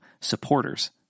supporters